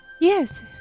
Yes